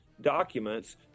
documents